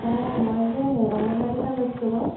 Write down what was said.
অঁ মই যে হৰি অংগনবাদীৰপৰা কৈছিলোঁ আকৌ